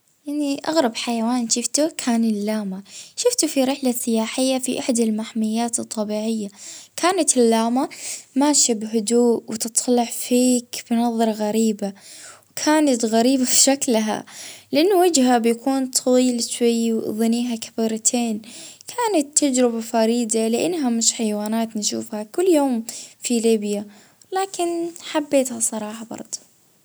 اه مرة في زيارة لحديقة الحيوانات اه شفت حيوان اه اسمه أي-أي، اه شكله غريب هلبا عيونه كبيرة وصوابعه طوال، اه كان أول مرة نشوف حاجة زي هيك.